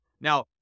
Now